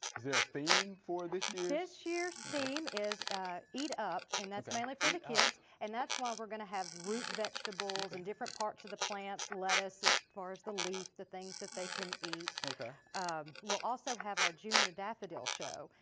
is there a theme for this year's? this year's theme is eat up and that's mainly for the kids. and that's why we're going to have root vegetables and different parts of the plants. lettuce as far as the leaf, the things that they can eat. we'll also have our junior daffodil show.